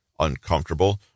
uncomfortable